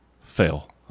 fail